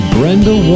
Brenda